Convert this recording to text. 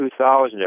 2000